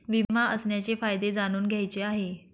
विमा असण्याचे फायदे जाणून घ्यायचे आहे